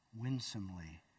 winsomely